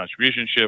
Contributionship